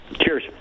cheers